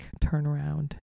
turnaround